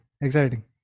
exciting